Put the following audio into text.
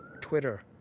twitter